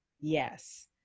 Yes